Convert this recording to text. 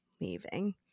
leaving